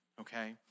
okay